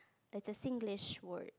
there's a Singlish word